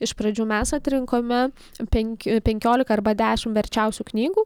iš pradžių mes atrinkome penk penkiolika arba dešim verčiausių knygų